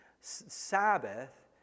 Sabbath